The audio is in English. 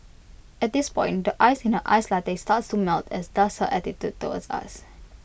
at this point the ice in her iced latte starts to melt as does her attitude towards us